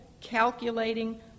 calculating